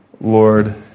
Lord